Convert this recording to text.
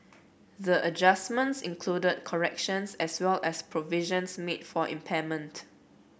the adjustments included corrections as well as provisions made for impairment